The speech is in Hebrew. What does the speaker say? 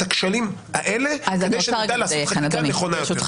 הכשלים האלה כדי שנדע לעשות חקיקה נכונה.